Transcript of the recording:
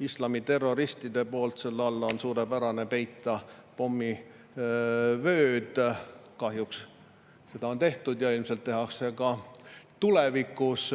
islamiterroristid. Selle alla on suurepärane peita pommivööd. Kahjuks seda on tehtud ja ilmselt tehakse ka tulevikus.